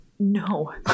no